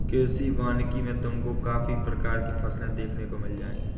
कृषि वानिकी में तुमको काफी प्रकार की फसलें देखने को मिल जाएंगी